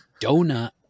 donut